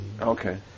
Okay